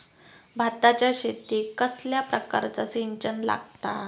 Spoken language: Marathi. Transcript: भाताच्या शेतीक कसल्या प्रकारचा सिंचन लागता?